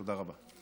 תודה רבה.